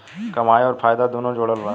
कमाई अउर फायदा दुनू जोड़ल जला